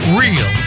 real